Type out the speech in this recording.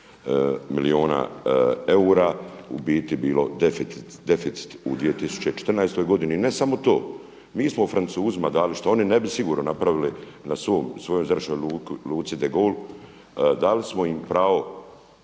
311 milijuna eura u biti bilo deficit u 2014. godini. I ne samo to, mi smo Francuzima dali što oni ne bi sigurno napravili na svojoj Zračnoj luci de Gaulle dali smo im pravo